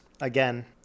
Again